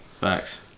Facts